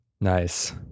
Nice